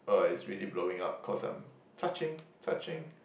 uh it's really blowing up cause I'm touching touching